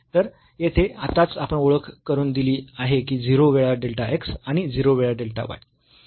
तर येथे आताच आपण ओळख करून दिली आहे की 0 वेळा डेल्टा x आणि 0 वेळा डेल्टा y